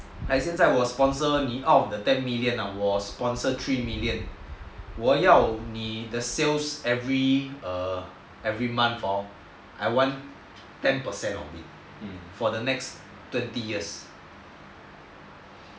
like 现在我 sponsor 你 out of the ten million ah 我 sponsor three million 我要你的 sales every month hor I want ten percent of it for the next twenty years but